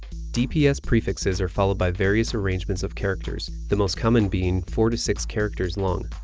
dps prefixes are followed by various arrangements of characters. the most common being four to six characters long.